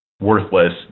worthless